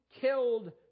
killed